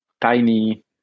tiny